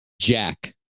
Jack